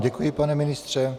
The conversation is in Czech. Děkuji vám, pane ministře.